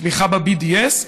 תמיכה ב-BDS,